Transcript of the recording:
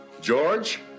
George